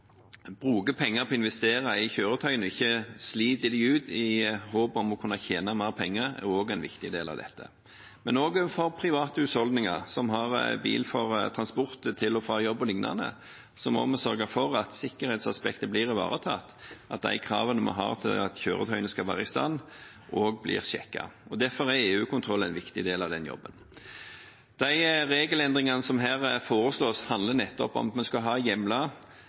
på å investere i kjøretøyene og ikke sliter dem ut i håp om å kunne tjene mer penger, er også en viktig del av dette. Men også for private husholdninger, som har bil for transport til og fra jobb, o.l., må vi sørge for at sikkerhetsaspektet blir ivaretatt, at de kravene vi har til at kjøretøyene skal være i stand, også blir sjekket. Derfor er EU-kontroll en viktig del av den jobben. De regelendringene som her foreslås, handler nettopp om at vi skal ha hjemler